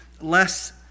less